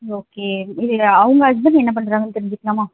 okay இது அவங்க husband என்ன பண்ணுறாங்கன்னு தெரிஞ்சுக்கலாமா